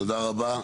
תודה רבה.